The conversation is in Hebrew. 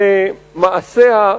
שמעשיה,